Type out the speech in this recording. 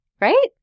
Right